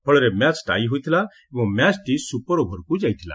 ଫଳରେ match tie ହୋଇଥିଲା ଏବଂ ମ୍ୟାଚ୍ଟି ସ୍ରୁପର୍ ଓଭର୍କୁ ଯାଇଥିଲା